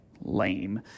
lame